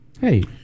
Hey